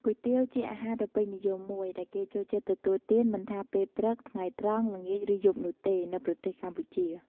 គុយទាវ ជាអាហារដ៏ពេញនិយមមួយ ដែលគេចូលចិត្តទទួលទានមិនថាពេលព្រឹក ថ្ងៃត្រង់ ល្ងាច ឬយប់នោះទេ នៅប្រទេសកម្ពុជា។